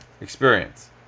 experience